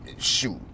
Shoot